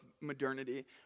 modernity